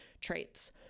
traits